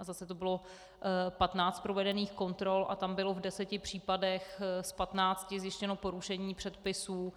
Zase to bylo 15 provedených kontrol a tam bylo v deseti případech z 15 zjištěno porušení předpisů.